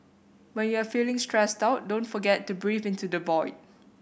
when you are feeling stressed out don't forget to breathe into the void